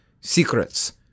secrets